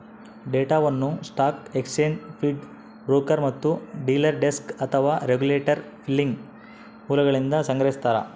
ಡೇಟಾವನ್ನು stock exchange feed broker ಮತ್ತು dealer desk ಅಥವಾ ರೆಗ್ಯುಲೇಟರಿ ಫೈಲಿಂಗ್ ಮೂಲಗಳಿಂದ ಸಂಗ್ರಹಿಸ್ತಾರ